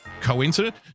Coincident